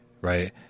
right